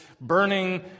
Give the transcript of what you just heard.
burning